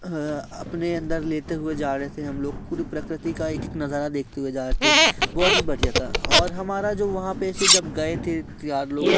अपने अन्दर लेते हुए जा रहे थे खुद प्रकृति का एक एक नज़ारा देखते हुए जा रहे थे बहुत ही बढ़िया था और हमारा जो वहाँ पे ऐसे जब गए थे तीन चार लोग